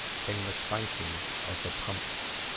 came the clanking of the pumps.